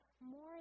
more